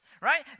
right